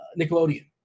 Nickelodeon